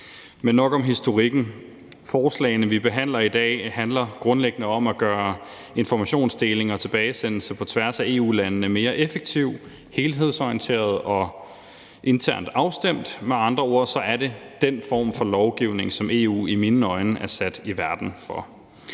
men nok om historikken. Forslaget, vi behandler i dag, handler grundlæggende om at gøre informationsdeling og tilbagesendelse på tværs af EU-landene mere effektiv, helhedsorienteret og internt afstemt. Med andre ord er det den form for lovgivning, som EU i mine øjne er sat i verden for.